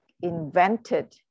invented